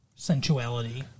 Sensuality